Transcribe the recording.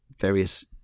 various